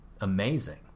amazing